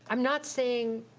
i'm not saying,